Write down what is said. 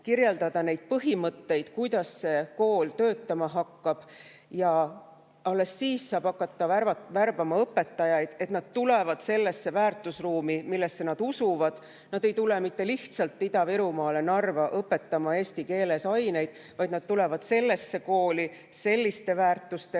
neid põhimõtteid, kuidas kool töötama hakkab. Ja alles siis saab hakata värbama õpetajaid, et nad tuleksid sellesse väärtusruumi, millesse nad usuvad. Nad ei tule mitte lihtsalt Ida-Virumaale Narva õpetama eesti keeles aineid, vaid nad tulevad sellesse kooli selliste väärtustega,